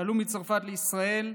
שעלו מצרפת לישראל,